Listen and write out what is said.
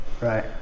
Right